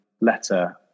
letter